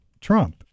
Trump